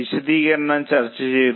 വിശദീകരണം ചർച്ച ചെയ്തു